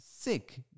Sick